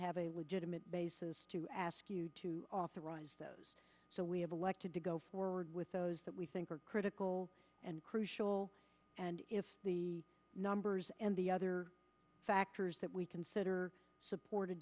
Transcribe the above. have a legitimate basis to ask you to authorize those so we have elected to go forward with those that we think are critical and crucial and if the numbers and the other factors that we consider support